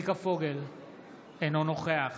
אינו נוכח